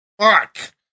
fuck